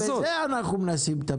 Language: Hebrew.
גם בזה אנחנו מנסים לטפל.